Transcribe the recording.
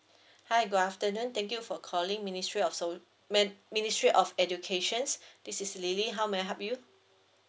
hi good afternoon thank you for calling ministry of ministry of education this is lily how may I help you